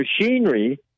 machinery